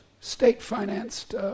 state-financed